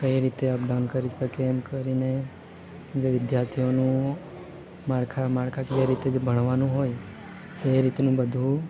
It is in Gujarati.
કઈ રીતે અપડાઉન કરી શકે એમ કરીને જે વિદ્યાર્થીઓનું માળખા માળખાકીય રીતે જે ભણવાનું હોય તે રીતનું બધું